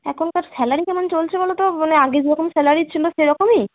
এখনকার স্যালারি কেমন চলছে বলো তো মানে আগে যেরকম স্যালারি ছিল সেরকমই